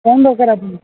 କ'ଣ ଦରକାର ଆପଣଙ୍କୁ